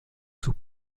sus